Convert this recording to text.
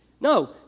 No